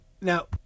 now